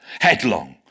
headlong